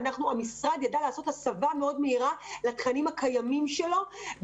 והמשרד ידע לעשות הסבה מאוד מהירה לתכנים הקיימים שלו,